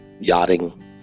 yachting